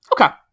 Okay